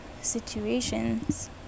situations